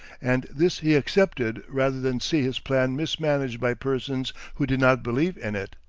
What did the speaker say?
and this he accepted rather than see his plan mismanaged by persons who did not believe in it.